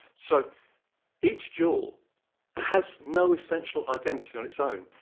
so each jewel has no essential identity on its own,